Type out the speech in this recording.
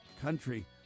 country